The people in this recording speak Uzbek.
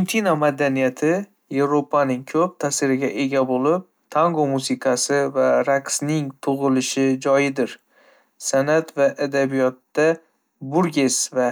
madaniyati Evropaning ko'p ta'siriga ega bo'lib, tango musiqasi va raqsining tug'ilish joyidir. San'at va adabiyotda Borges va